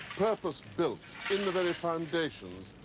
purpose built in the very foundations,